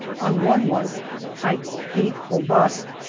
on one was pike's peak or bust,